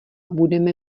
budeme